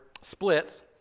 splits